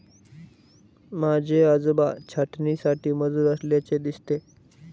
माझे आजोबा छाटणीसाठी मजूर असल्याचे दिसते